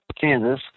Kansas